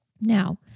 Now